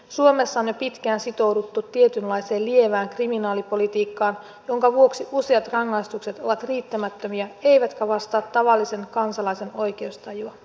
suomessa on jo pitkään sitouduttu tietynlaiseen lievään kriminaalipolitiikkaan jonka vuoksi useat rangaistukset ovat riittämättömiä eivätkä vastaa tavallisen kansalaisen oikeustajua